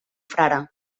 frare